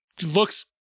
looks